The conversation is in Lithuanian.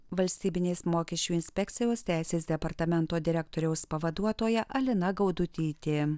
valstybinės mokesčių inspekcijos teisės departamento direktoriaus pavaduotoja alina gaudutytė